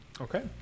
okay